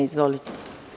Izvolite.